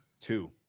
Two